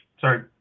Sorry